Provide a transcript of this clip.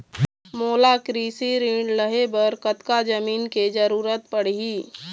मोला कृषि ऋण लहे बर कतका जमीन के जरूरत पड़ही?